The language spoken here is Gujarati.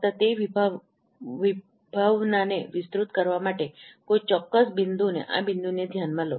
ફક્ત તે વિભાવનાને વિસ્તૃત કરવા માટે કોઈ ચોક્કસ બિંદુનેઆ બિંદુને ધ્યાનમાં લો